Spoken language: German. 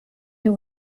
der